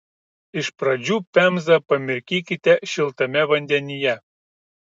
iš pradžių pemzą pamirkykite šiltame vandenyje